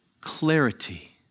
clarity